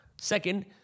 Second